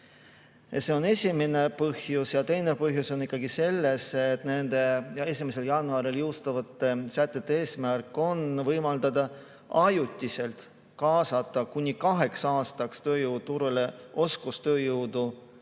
eelnõu ei toeta]. Ja teine põhjus on see, et nende 1. jaanuaril jõustuvate sätete eesmärk on võimaldada ajutiselt kaasata kuni kaheks aastaks tööjõuturule oskustööjõudu